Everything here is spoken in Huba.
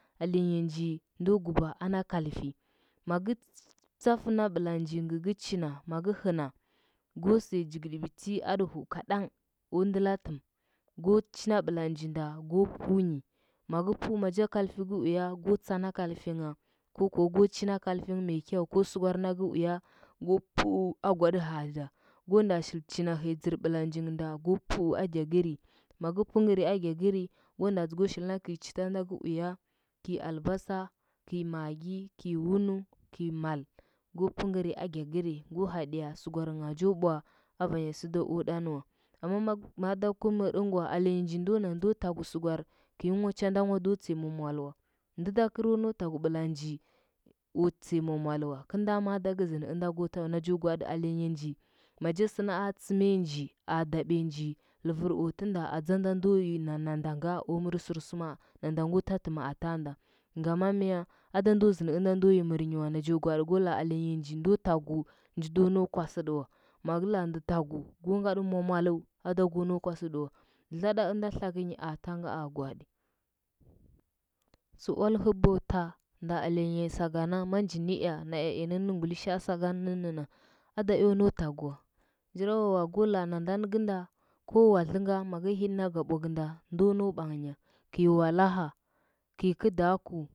Alenya nji ndo guba ana kalfi magɚ tsatna bɚlanji magɚ hɚna go sɚya jigɚɗɚ biti aɗɚ huu kadang o ndɚla tɚm go chinda bɚlanjinda go punyi mɚgɚ pu maja kalfi gɚ uya go tsana kalfingha ko kuwa go chunda kalfung mai kyau go sɚgwar nakɚ uya go pu agwaɗɚ ahza, go nda shil hɚi dzɚr bɚlanjingnda go pu agyagɚri, magɚ pɚngɚri agyagɚri go nda shilna gɚi chita nda gɚ uya kɚi albasa, kɚi magi, kei wunu kɚi mal, go pɚngɚri agyagɚri, go hadiya sɚgwarngha jo bwa a vanya sɚda o ɗanɚwa amma magɚ ma ada gu mɚr ɚngɚwa alenji ndona ndo tagu sugwar, kɚinwa chanda do chiyɚ muamaal wa ndɚ da gɚro nau tagu bɚlanji gɚro chiya mwamwal wakɚlnda ma adagɚ zɚndi ɚnda go ta wa najo gwaaɗi alenya nji maja sɚna a tsɚmiya nji, a dabiya nji, lɚbɚra o tɚnda atsa nda ndo yina nandanga o mɚr sɚrsu ma nandanan tɚtɚm atanghnda gama mya ada ndo zɚndɚ ɚnda ndo yi mɚrinyi wa najo gwaaɗi go laa alenya nji ndo najon ji do nau kwasɚɗɚ wa magɚ la ndɚ tagu go ngaɗɚ muamualu ada go nau kwasɚɗɚ wa dlaɗa ɚnda tlagɚnyi a tanga a gwaaɗir sɚ ual hɚbiya ta, nɚ alenya sakana manja nɚea, naea unɚnnɚn ngulishaa saga nɚnnɚna da eo nau tagu wa. Njirawawa go laa nanda nɚgɚnda go wadlɚnga magɚ hiɗɚnda ga bagunda ndo nau banghnya. kɚi walaha, kɚi kudaku.